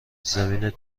زمین